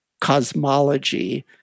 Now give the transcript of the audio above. cosmology